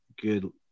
good